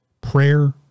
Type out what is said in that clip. prayer